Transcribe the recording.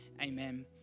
amen